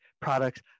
products